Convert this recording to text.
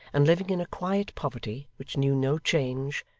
and living in a quiet poverty which knew no change,